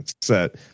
set